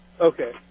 Okay